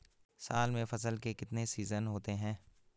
साल में फसल के कितने सीजन होते हैं?